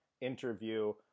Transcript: interview